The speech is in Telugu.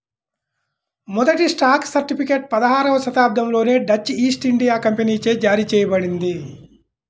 మొదటి స్టాక్ సర్టిఫికేట్ పదహారవ శతాబ్దంలోనే డచ్ ఈస్ట్ ఇండియా కంపెనీచే జారీ చేయబడింది